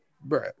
bro